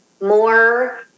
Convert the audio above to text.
more